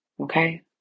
Okay